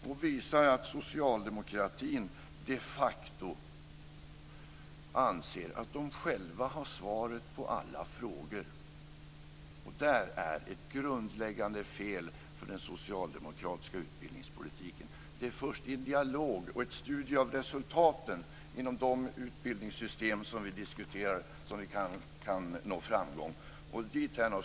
Detta visar i så fall att socialdemokraterna de facto anser att de själva har svaret på alla frågor. Det är ett grundläggande fel i den socialdemokratiska utbildningspolitiken. Det är först med en dialog och en studie av resultaten inom de utbildningssystem som vi diskuterar som vi kan nå framgång.